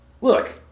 look